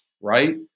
right